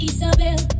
Isabel